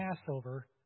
Passover